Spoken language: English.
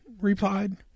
replied